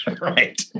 Right